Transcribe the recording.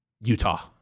Utah